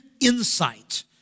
insight